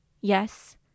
Yes